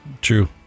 True